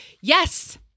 Yes